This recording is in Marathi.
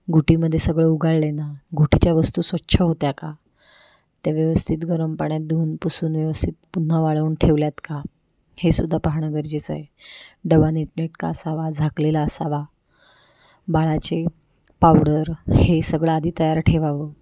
घुटीमध्ये सगळं उगाळले ना घुटीच्या वस्तू स्वच्छ होत्या का त्या व्यवस्थित गरम पाण्यात धुऊन पुसून व्यवस्थित पुन्हा वाळवून ठेवल्या आहेत का हेसुद्धा पाहणं गरजेचं आहे डबा नीटनेटका असावा झाकलेला असावा बाळाचे पावडर हे सगळं आधी तयार ठेवावं